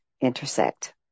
intersect